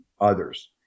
others